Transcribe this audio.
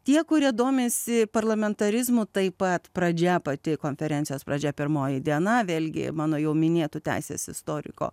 tie kurie domisi parlamentarizmu taip pat pradžia pati konferencijos pradžia pirmoji diena vėlgi mano jau minėto teisės istoriko